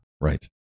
Right